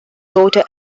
daughter